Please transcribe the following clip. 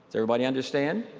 everybody understand?